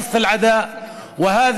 ממשלה שעסוקה בהסתה ובליבוי האיבה.